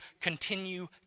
continue